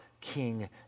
King